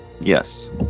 Yes